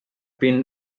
been